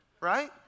Right